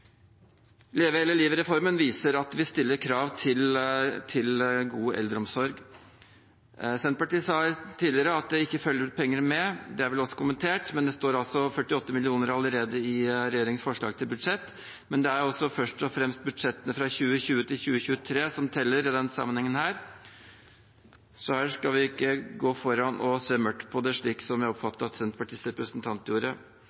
Leve hele livet-reformen viser at vi stiller krav til god eldreomsorg. Senterpartiet sa tidligere at det ikke følger penger med. Det er vel også kommentert, men det står altså 48 mill. kr allerede i regjeringens forslag til budsjett. Men det er først og fremst budsjettene fra 2020 til 2023 som teller i denne sammenhengen, så her skal vi ikke gå foran og se mørkt på det, slik jeg